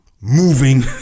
moving